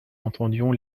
entendions